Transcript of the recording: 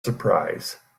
surprise